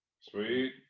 Sweet